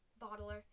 bottler